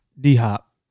D-Hop